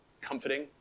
comforting